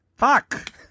Fuck